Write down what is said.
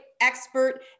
expert